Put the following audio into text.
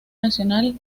nacional